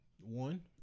One